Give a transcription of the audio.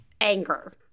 anger